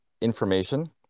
Information